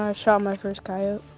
um shot my first coyote.